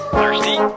Thirsty